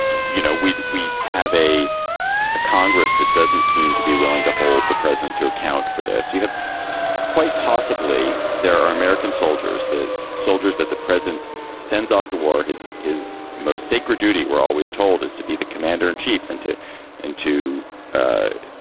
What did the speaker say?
you know, we we have a congress that doesn't seem to be willing to hold the president to account for this. you have quite possibly there are american soldiers, the soldiers that the. present sends off to war his his most sacred duty. we're always told us to be the commander in chief and to and to, ah